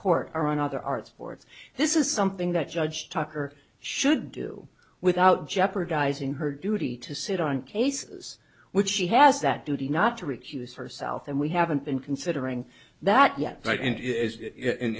court or on other arts boards this is something that judge tucker should do without jeopardizing her duty to sit on cases which she has that duty not to recuse herself and we haven't been considering that yet but i